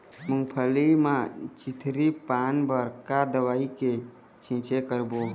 मूंगफली म चितरी पान बर का दवई के छींचे करबो?